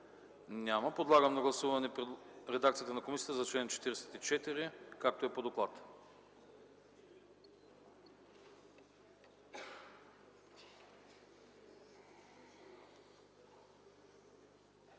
Няма. Подлагам на гласуване редакцията на комисията за чл. 46, така както е по доклада.